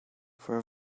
for